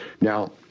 Now